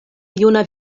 juna